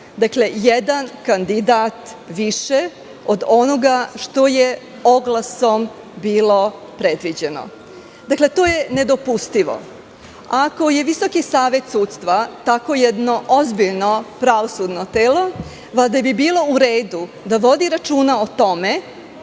Dakle, jedan kandidat više od onoga što je oglasom bilo predviđeno. Dakle, to je nedopustivo. Ako je Visoki savet sudstva takvo jedno ozbiljno pravosudno telo, valjda bi bilo u redu da vodi računa o tome